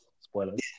spoilers